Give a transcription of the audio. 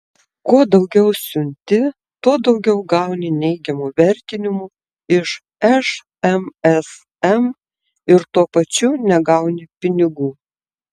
kuo daugiau siunti tuo daugiau gauni neigiamų vertinimų iš šmsm ir tuo pačiu negauni pinigų